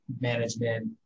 management